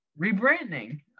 rebranding